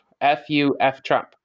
F-U-F-Trump